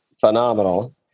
phenomenal